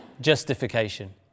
Justification